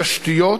תשתיות,